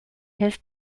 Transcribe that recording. his